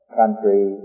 country